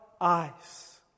eyes